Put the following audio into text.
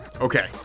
Okay